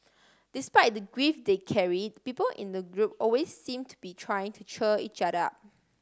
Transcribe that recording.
despite the grief they carried people in the group always seem to be trying to cheer each other up